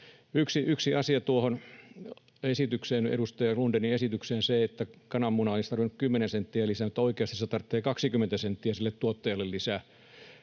Yksi asia tuohon edustaja Lundénin esitykseen, että kananmunaan olisi tarvinnut 10 senttiä lisää: oikeasti tarvitsee 20 senttiä sille tuottajalle lisää,